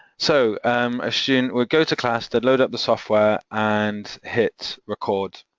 so um a student will go to class. they load up the software and hit record,